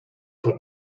but